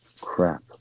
crap